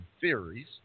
theories